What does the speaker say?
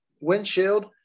Windshield